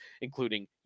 including